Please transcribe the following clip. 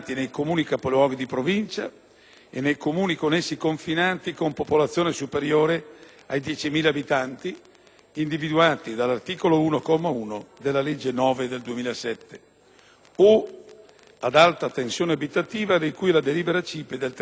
e nei Comuni con essi confinanti con popolazione superiore a 10.000 abitanti, individuati dall'articolo 1, comma 1, della legge n. 9 del 2007, o ad alta tensione abitativa di cui alla delibera CIPE del 13 novembre 2003.